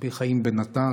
רבי חיים בן עטר,